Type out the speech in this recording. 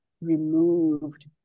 removed